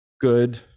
good